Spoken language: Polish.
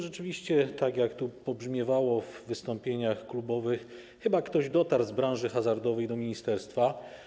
Rzeczywiście, tak jak tu pobrzmiewało w wystąpieniach klubowych, chyba ktoś z branży hazardowej dotarł do ministerstwa.